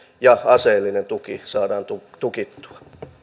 ja aseellinen tuki saadaan tukittua